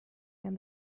and